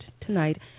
tonight